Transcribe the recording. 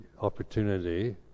opportunity